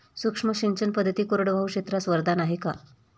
सूक्ष्म सिंचन पद्धती कोरडवाहू क्षेत्रास वरदान आहे का?